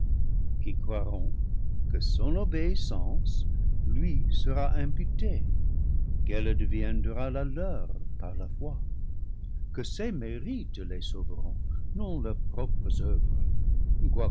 qui croiront que son obéissance lui sera imputée qu'elle deviendra la leur par la foi que ses mérites les sauveront non leurs propres oeuvres